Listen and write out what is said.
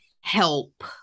help